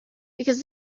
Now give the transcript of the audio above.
because